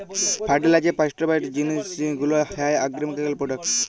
fertiliser, pesticide সব জিলিস গুলা হ্যয় আগ্রকেমিকাল প্রোডাক্ট